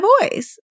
voice